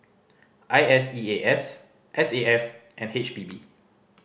I S E A S S A F and H P B